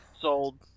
Sold